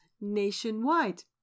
nationwide